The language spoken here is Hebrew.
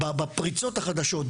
בפריצות החדשות,